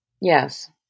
Yes